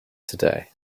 today